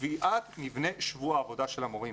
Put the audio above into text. בקביעת מבנה שבוע העבודה של המורים